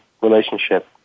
relationship